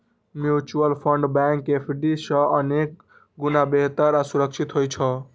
mutual fund bank FD सं अनेक गुणा बेहतर आ सुरक्षित होइ छै